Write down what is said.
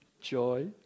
joy